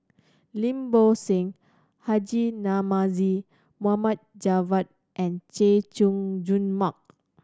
Lim Bo Seng Haji Namazie Mohd Javad and Chay Jung Jun Mark